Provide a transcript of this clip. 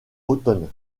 automne